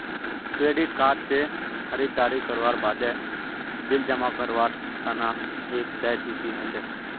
credit card स खरीददारी करवार बादे बिल जमा करवार तना एक देय तिथि ह छेक